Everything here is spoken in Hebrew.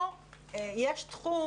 פה יש תחום